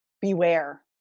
Beware